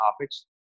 topics